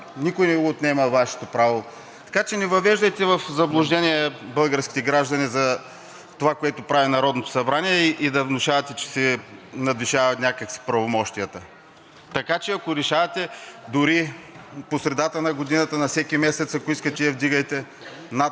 Никой не Ви го отнема. Така че не въвеждайте в заблуждение българските граждани за това, което прави Народното събрание, и да внушавате, че си надвишава някак си правомощията. Така че, ако решавате дори по средата на годината, на всеки месец, ако искате я вдигайте, над